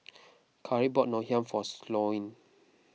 Karri bought Ngoh Hiang for Sloane